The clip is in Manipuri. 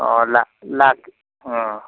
ꯑꯣ ꯑꯣ